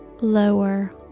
Lower